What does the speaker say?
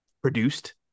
produced